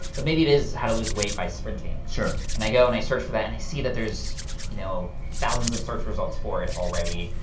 but maybe it is how to lose weight by sprinting, and i go, and i search for that, and i see that there's you know thousands of search results for it already.